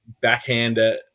backhander